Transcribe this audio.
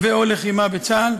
או לחימה בצה"ל.